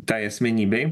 tai asmenybei